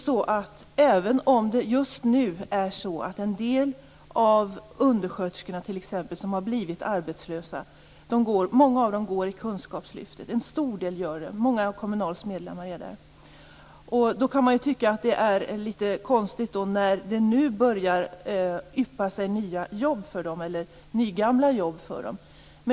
Många av de undersköterskor som har blivit arbetslösa utbildar sig nu inom kunskapslyftet. Det handlar om en stor del av Kommunals medlemmar. Man kan kanske tycka att detta är litet konstigt när det nu börjar yppa sig nya - eller nygamla - jobb för dem.